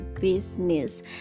business